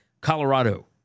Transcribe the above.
Colorado